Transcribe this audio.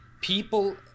people